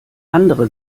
andere